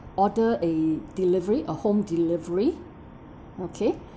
order a delivery a home delivery okay